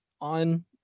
on